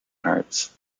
hearts